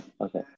Okay